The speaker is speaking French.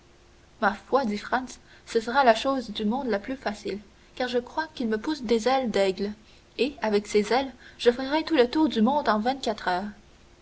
ma foi dit franz ce sera la chose du monde la plus facile car je crois qu'il me pousse des ailes d'aigles et avec ces ailes je ferais le tour du monde en vingt-quatre heures